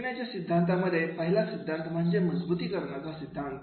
शिकण्याच्या सिद्धांतामध्येपहिला सिद्धांत म्हणजे मजबुतीकरणाचे सिद्धांत